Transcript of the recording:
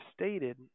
stated